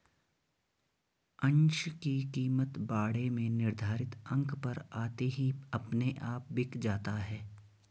अंश की कीमत बाड़े में निर्धारित अंक पर आते ही अपने आप बिक जाता है